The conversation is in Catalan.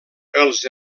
els